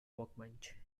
workbench